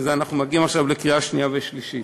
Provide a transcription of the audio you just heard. אנחנו מגיעים עכשיו לקריאה שנייה ושלישית.